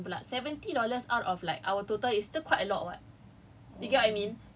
seventy per cent seventy per cent pula seven dollars out of like our total is still quite a lot [what]